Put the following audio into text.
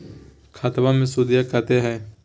खतबा मे सुदीया कते हय?